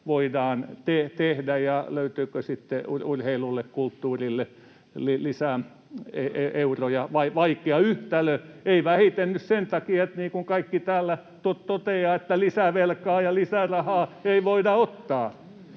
voidaan tehdä ja löytyykö sitten urheilulle, kulttuurille lisää euroja. Vaikea yhtälö, ei vähiten nyt sen takia, niin kuin kaikki täällä toteavat, että lisää velkaa ja lisää rahaa ei voida ottaa.